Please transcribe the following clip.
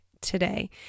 today